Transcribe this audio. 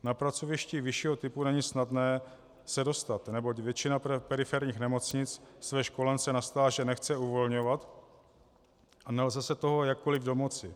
Na pracoviště vyššího typu není snadné se dostat, neboť většina periferních nemocnic své školence na stáže nechce uvolňovat a nelze se toho jakkoliv domoci.